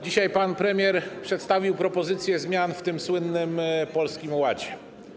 Dzisiaj pan premier przedstawił propozycję zmian w tym słynnym Polskim Ładzie.